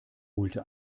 holte